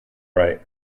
right